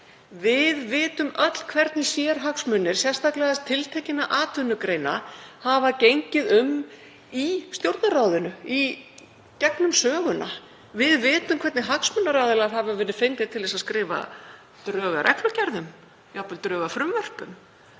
Við vitum öll hvernig sérhagsmunir, sérstaklega tiltekinna atvinnugreina, hafa gengið um í Stjórnarráðinu í gegnum söguna. Við vitum hvernig hagsmunaaðilar hafa verið fengnir til að skrifa drög að reglugerðum, jafnvel drög að frumvörpum